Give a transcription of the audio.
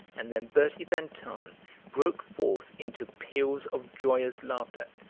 and then bertie van tahn broke forth into peals of joyous laughter.